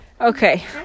Okay